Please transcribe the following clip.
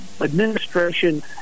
administration